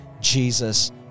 Jesus